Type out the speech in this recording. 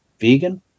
vegan